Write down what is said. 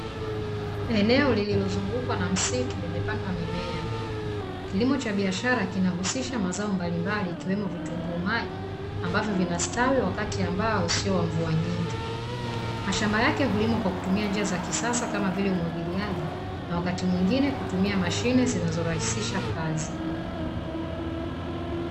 Eneo lilizukukwa na msitu limepandwa mimea. Kilimo cha biashara kinahusisha mazao mbalimbali ikiwemo vitunguu maji ambavyo vinastawi wakati ambao sio wa mvua nyingi, mashamba yake hulimwa kwa kutumia njia za kisasa kama vile umwagiliaji na wakati mwingine kutumia mashine zinazorahisisha kazi.